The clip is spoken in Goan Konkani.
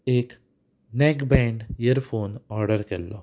एक नॅकबँड इयरफोन ऑर्डर केल्लो